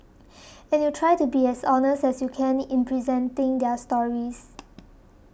and you try to be as honest as you can in presenting their stories